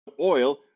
oil